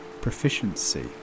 proficiency